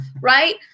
right